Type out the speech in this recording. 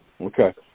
okay